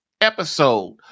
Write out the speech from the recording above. episode